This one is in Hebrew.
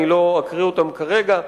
ואני לא אקרא אותם כרגע.